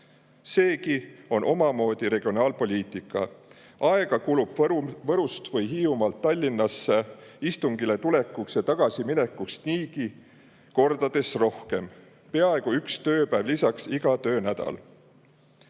Seegi on omamoodi regionaalpoliitika. Aega kulub Võrust või Hiiumaalt Tallinnasse istungile tulekuks ja tagasiminekuks niigi kordades rohkem. Peaaegu üks tööpäev lisaks iga töönädal.